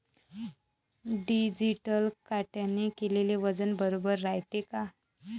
Digital काट्याने केलेल वजन बरोबर रायते का?